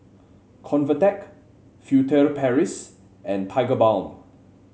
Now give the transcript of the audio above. Convatec Furtere Paris and Tigerbalm